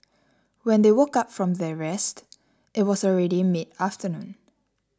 when they woke up from their rest it was already midafternoon